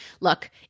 Look